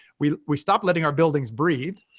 we we stopped letting our buildings breathe,